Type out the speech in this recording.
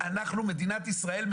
מדינת ישראל,